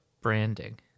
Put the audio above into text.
branding